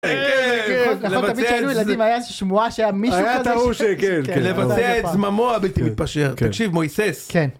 ‫נכון, תמיד כשהיינו ילדים היה איזה שמועה שהיה מישהו כזה ש...? היה את ההוא שכן, כן. לבצע את זממו הבלתי מתפשר. ‫תקשיב, מויסס.